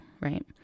right